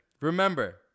Remember